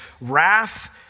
wrath